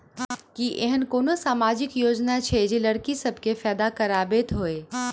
की एहेन कोनो सामाजिक योजना छै जे लड़की सब केँ फैदा कराबैत होइ?